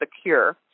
secure